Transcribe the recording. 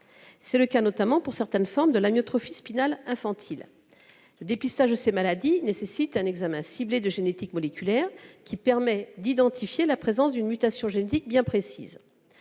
C'est le cas en particulier pour certaines formes de l'amyotrophie spinale infantile. Le dépistage de ces maladies nécessite un examen ciblé de génétique moléculaire qui permet d'identifier la présence d'une mutation génétique bien précise.